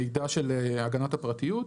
מידע של הגנת הפרטיות,